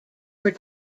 were